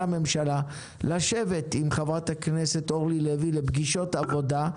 הממשלה לשבת עם חברת הכנסת אורלי לוי לפגישות עבודה,